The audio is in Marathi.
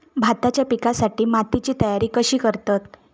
भाताच्या पिकासाठी मातीची तयारी कशी करतत?